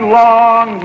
long